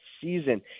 season